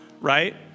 right